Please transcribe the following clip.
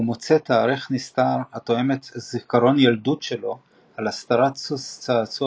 ומוצא תאריך נסתר התואם זיכרון ילדות שלו על הסתרת סוס צעצוע